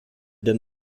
denn